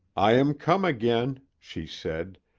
i am come again, she said,